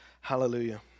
Hallelujah